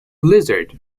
lizard